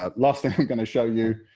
ah last thing i'm going to show you,